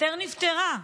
אסתר נפטרה.